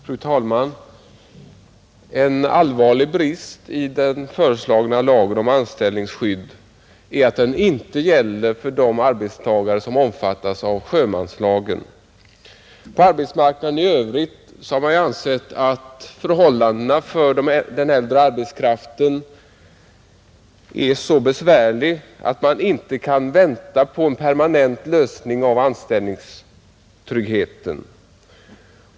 Fru talman! Det är en allvarlig brist i den föreslagna lagen om anställningsskydd att den inte gäller för de arbetstagare som omfattas av sjömanslagen. Vad angår arbetsmarknaden i övrigt har man ansett att förhållandena för den äldre arbetskraften är så besvärliga att man inte kan vänta på en permanent lösning av problemet om anställningstryggheten.